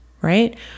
right